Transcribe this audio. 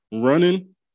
running